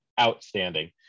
Outstanding